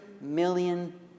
million